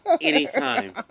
Anytime